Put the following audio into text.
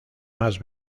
más